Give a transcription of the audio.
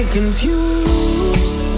Confused